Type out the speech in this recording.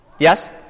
Yes